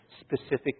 specific